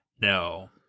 No